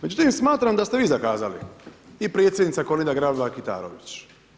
Međutim, smatram da ste vi zakazali i predsjednica Kolinda Grabar Kitarović.